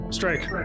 Strike